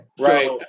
right